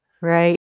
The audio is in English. Right